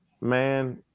man